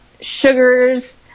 sugars